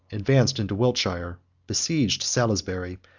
advanced into wiltshire besieged salisbury,